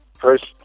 First